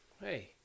Hey